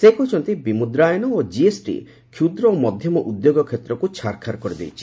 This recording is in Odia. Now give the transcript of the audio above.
ସେ କହିଛନ୍ତି ବିମୁଦ୍ରାୟନ ଓ କିଏସ୍ଟି କ୍ଷୁଦ୍ର ଓ ମଧ୍ୟମ ଉଦ୍ୟୋଗ କ୍ଷେତ୍ରକ୍ ଛାରଖାର କରିଦେଇଛି